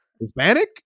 Hispanic